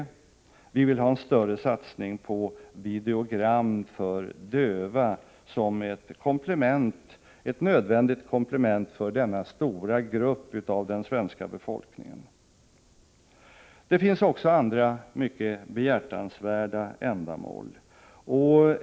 Dessutom vill vi ha en större satsning på videogram för döva, som ett nödvändigt komplement för denna stora grupp av den svenska befolkningen. Det finns andra mycket behjärtansvärda ändamål.